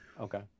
Okay